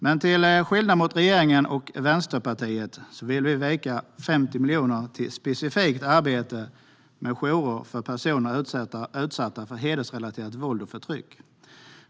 Men till skillnad från regeringen och Vänsterpartiet vill vi vika 50 miljoner till specifikt arbete med jourer för personer som utsätts för hedersrelaterat våld och förtryck.